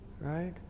Right